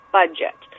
budget